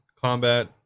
combat